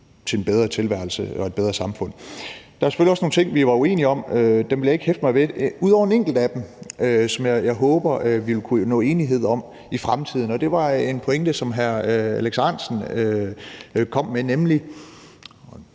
til en bedre tilværelse og et bedre samfund. Der er selvfølgelig også nogle ting, vi var uenige om. Dem vil jeg ikke hæfte mig ved – ud over en enkelt af dem, som jeg håber at vi vil kunne nå til enighed om i fremtiden. Og det var en pointe, som hr. Alex Ahrendtsen kom med, nemlig